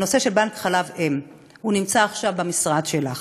הנושא של בנק חלב אם נמצא עכשיו במשרד שלך.